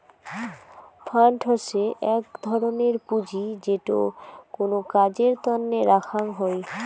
fund হসে এক ধরনের পুঁজি যেটো কোনো কাজের তন্নে রাখ্যাং হই